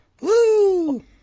Woo